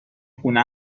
خونه